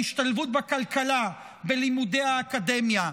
של השתלבות בכלכלה, בלימודי האקדמיה.